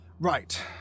Right